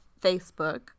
Facebook